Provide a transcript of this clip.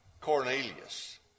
Cornelius